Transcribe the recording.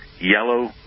yellow